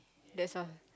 that's all